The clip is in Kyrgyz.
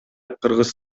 кыргыз